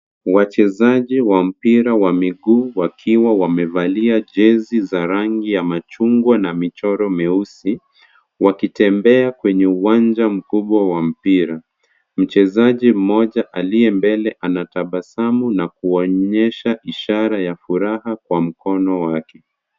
Wachezaji wa mpira wa miguu wakiwa wamevalia jezi za rangi ya machungwa na michoro mieusi wakitembea kwenye uwanja mkubwa wa mpira. Mchezaji mmoja aliye mbele anatabasamu na kuonyesha ishara ya furaha kwa mkono wake.